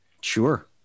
Sure